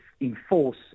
enforce